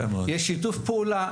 יש שיתוף פעולה,